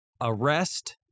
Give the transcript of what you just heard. arrest